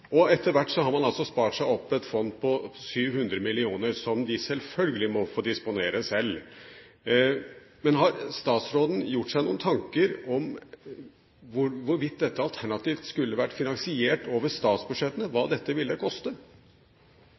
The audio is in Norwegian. Etter hvert har man altså spart seg opp et fond på 700 mill. kr, som de selvfølgelig må få disponere selv. Har statsråden gjort seg noen tanker om hvorvidt dette alternativt skulle vært finansiert over statsbudsjettet – hva dette ville koste?